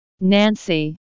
Nancy